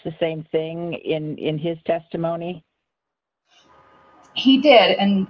the same thing in his testimony he did and